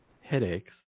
headaches